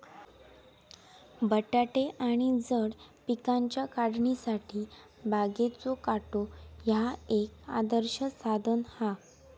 बटाटे आणि जड पिकांच्या काढणीसाठी बागेचो काटो ह्या एक आदर्श साधन हा